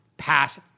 Pass